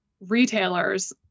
retailers